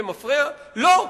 לא.